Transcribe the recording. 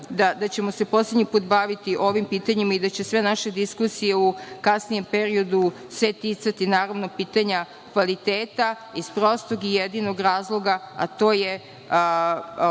da ćemo se poslednji put baviti ovim pitanjima i da će sve naše diskusije u kasnijem periodu se ticati pitanja kvaliteta, iz prostog i jedinog razloga, a to je u